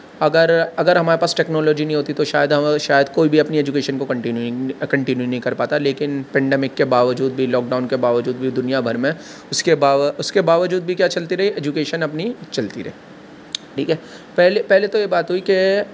اگر اگر ہمارے پاس ٹیکنالوجی نہیں ہوتی تو شاید شاید کوئی بھی اپنی ایجوکیشن کو کنٹینیونڈ کنٹینیو نہیں کر پاتا لیکن پینڈیمک کے باوجود بھی لاک ڈاؤن کے باوجود بھی دنیا بھر میں اس کے باوا اس کے باوجود بھی کیا چلتی رہی ایجوکیشن اپنی چلتی رہی ٹھیک ہے پہلے پہلے تو یہ بات ہوئی کہ